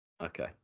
Okay